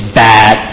bad